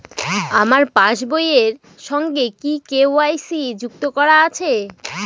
আমার পাসবই এর সঙ্গে কি কে.ওয়াই.সি যুক্ত করা আছে?